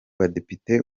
badepite